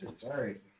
Sorry